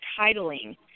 titling